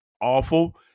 awful